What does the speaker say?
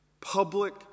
Public